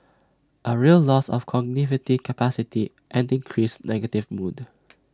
A real loss of capacity and increased negative mood